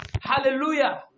Hallelujah